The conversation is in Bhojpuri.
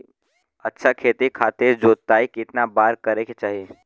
अच्छा खेती खातिर जोताई कितना बार करे के चाही?